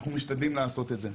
אנחנו משתדלים לעשות את זה.